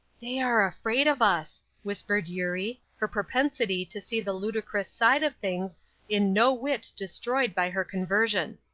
they are afraid of us, whispered eurie, her propensity to see the ludicrous side of things in no whit destroyed by her conversion.